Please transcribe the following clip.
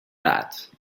that